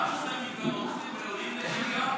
גם מוסלמים ונוצרים ראויים לשוויון?